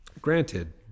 Granted